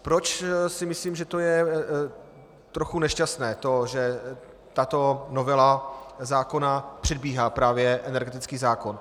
Proč si myslím, že je trochu nešťastné to, že tato novela zákona předbíhá právě energetický zákon.